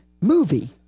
movie